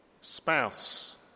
spouse